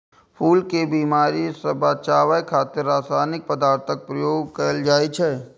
फूल कें बीमारी सं बचाबै खातिर रासायनिक पदार्थक प्रयोग कैल जाइ छै